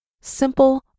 simple